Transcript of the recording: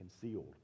concealed